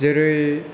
जेरै